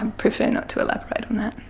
and prefer not to elaborate on that.